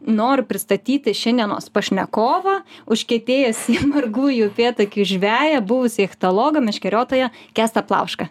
noriu pristatyti šiandienos pašnekovą užkietėjusį margųjų upėtakių žveją buvusį ichtologą meškeriotoją kęstą plaušką